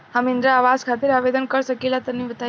हम इंद्रा आवास खातिर आवेदन कर सकिला तनि बताई?